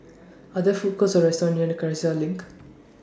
Are There Food Courts Or restaurants near Cassia LINK